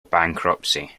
bankruptcy